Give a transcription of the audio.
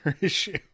issue